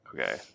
Okay